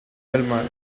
wellman